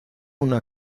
una